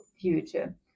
future